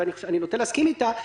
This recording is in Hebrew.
ואני נוטה להסכים אתה,